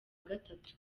gatatu